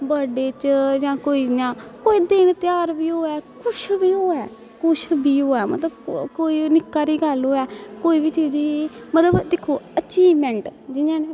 birthday च जां कोई इ'यां कोई दिन तेहार बी होऐ कुछ बी होऐ कुछ बी होऐ मतलब को कोई निक्की हारी गल्ल होऐ कोई बी चीज गी मतलब दिक्खो अचीवमैंट जियां न